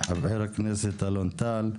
חה"כ אלון טל,